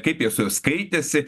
kaip jie su juo skaitėsi